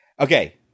Okay